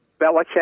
Belichick